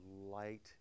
light